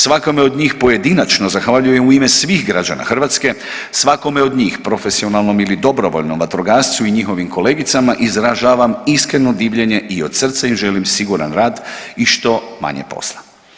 Svakome od njih pojedinačno zahvaljujem u ime svih građana Hrvatske, svakome od njih, profesionalnom ili dobrovoljnom vatrogascu i njihovim kolegicama izražavam iskreno divljenje i od srca im želim siguran rad i što manje posla.